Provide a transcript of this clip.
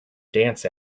dance